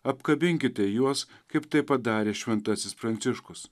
apkabinkite juos kaip tai padarė šventasis pranciškus